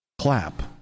clap